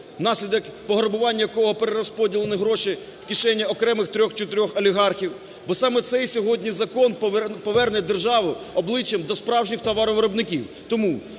внаслідок пограбування якого перерозподілені гроші в кишені окремих трьох, чотирьох олігархів. Бо саме цей сьогодні закон поверне державу обличчям до справжніх товаровиробників.